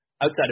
outside